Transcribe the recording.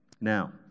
Now